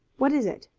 what is it?